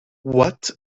what